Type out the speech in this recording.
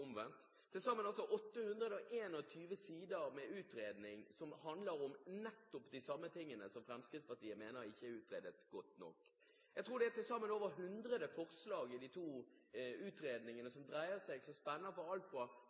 omvendt. Til sammen er det altså 821 sider med utredning som handler om nettopp de samme tingene som Fremskrittspartiet mener ikke er utredet godt nok. Jeg tror det til sammen er over 100 forslag i de to utredningene, som dreier seg